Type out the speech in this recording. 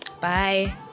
Bye